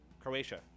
Croatia